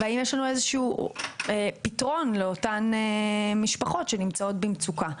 והאם יש לנו איזה שהוא פתרון לאותן משפחות שנמצאות במצוקה.